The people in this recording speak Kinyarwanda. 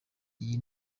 iyi